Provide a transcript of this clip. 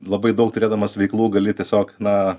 labai daug turėdamas veiklų gali tiesiog na